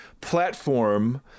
platform